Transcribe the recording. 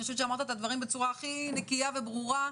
אני חושבת שאמרת את הדברים בצורה הכי נקייה וברורה,